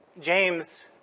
James